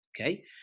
okay